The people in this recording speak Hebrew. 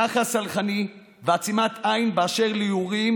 יחס סלחני ועצימת עין באשר לאירועים